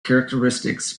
characteristics